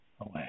away